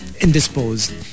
indisposed